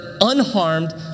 unharmed